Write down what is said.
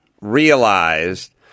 realized